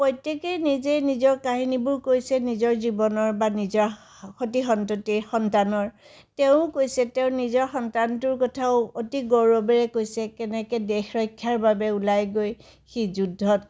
প্ৰত্যেকেই নিজে নিজৰ কাহিনীবোৰ কৈছে নিজৰ জীৱনৰ বা নিজৰ সতি সন্ততি সন্তানৰ তেওঁও কৈছে তেওঁৰ নিজৰ সন্তানটোৰ কথাও অতি গৌৰৱেৰে কৈছে কেনেকৈ দেশ ৰক্ষাৰ বাবে ওলাই গৈ সি যুদ্ধত